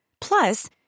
Plus